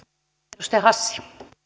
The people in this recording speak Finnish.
arvoisa puhemies